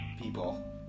people